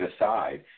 aside